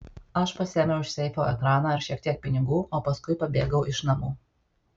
aš pasiėmiau iš seifo ekraną ir šiek tiek pinigų o paskui pabėgau iš namų